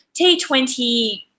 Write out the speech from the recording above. T20